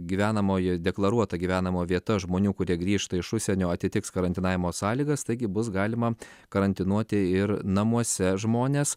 gyvenamoji deklaruota gyvenamoji vieta žmonių kurie grįžta iš užsienio atitiks karantinavimo sąlygas taigi bus galima karantinuoti ir namuose žmones